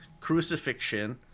crucifixion